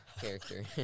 character